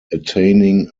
attaining